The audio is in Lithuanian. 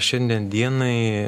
šiandien dienai